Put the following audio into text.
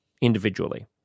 individually